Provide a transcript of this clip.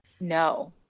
No